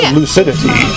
lucidity